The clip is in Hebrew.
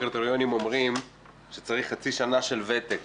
הכלכלנים אומרים שצריך חצי שנה של ותק